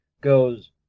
goes